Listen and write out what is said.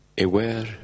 aware